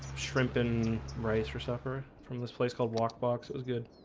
shrimp and rice for suffering from this place called wok box. it was good